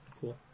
Cool